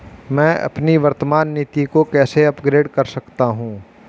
मैं अपनी वर्तमान नीति को कैसे अपग्रेड कर सकता हूँ?